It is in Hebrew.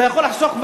אתה יכול לחסוך,